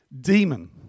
demon